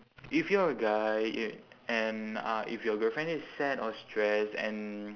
if you're a guy y~ and uh if your girlfriend is sad or stressed and